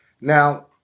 Now